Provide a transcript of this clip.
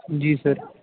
جی سَر